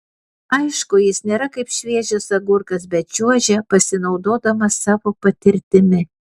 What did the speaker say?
aišku jis nėra kaip šviežias agurkas bet čiuožia pasinaudodamas savo patirtimi